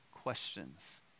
questions